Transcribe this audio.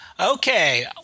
Okay